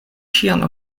ŝiajn